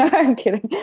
i'm kidding.